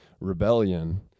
rebellion